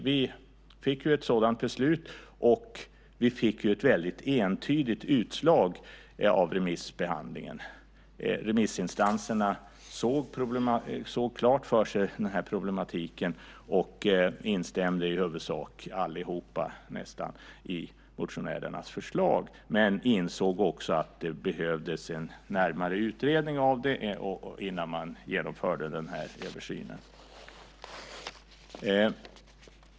Vi fick dock ett sådant beslut, och vi fick också ett väldigt entydigt utslag av remissbehandlingen. Remissinstanserna såg klart för sig problematiken och instämde nästan allihop i motionärernas förslag. Men de insåg också att det behövdes en närmare utredning innan man genomförde denna översyn.